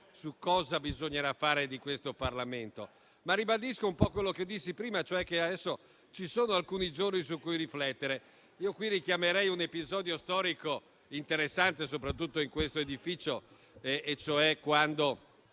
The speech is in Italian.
su cosa bisognerà fare di questo Parlamento. Ribadisco quello che ho detto prima, cioè che adesso ci sono alcuni giorni su cui riflettere. Qui richiamerei un episodio storico interessante soprattutto in questo edificio, che ricordo